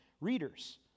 readers